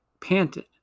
panted